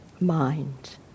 mind